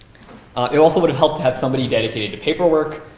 ah it also would have helped to have somebody dedicated to paperwork.